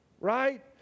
right